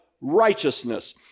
righteousness